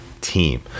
team